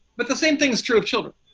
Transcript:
but the same thing is true of children.